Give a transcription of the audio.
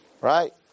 right